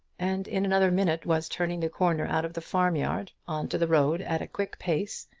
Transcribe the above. and in another minute was turning the corner out of the farm-yard on to the road at a quick pace,